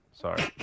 Sorry